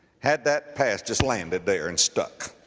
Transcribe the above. had that pass just landed there and stuck.